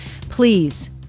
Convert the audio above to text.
Please